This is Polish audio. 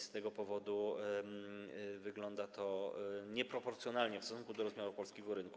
Z tego powodu wygląda to nieproporcjonalnie w stosunku do rozmiaru polskiego rynku.